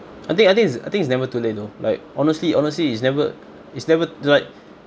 I think I think it's I think it's never too late though like honestly honestly it's never it's never like